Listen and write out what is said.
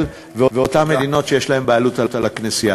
ואותן מדינות שיש להן בעלות על הכנסייה.